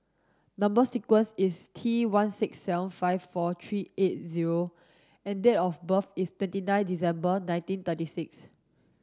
number sequence is T one six seven five four three eight zero and date of birth is twenty nine December nineteen thirty six